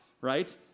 right